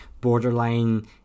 borderline